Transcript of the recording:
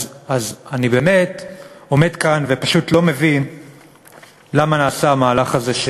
אז אני באמת עומד כאן ופשוט לא מבין למה נעשה המהלך הזה.